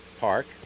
Park